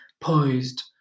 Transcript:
poised